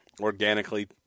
organically